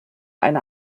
eine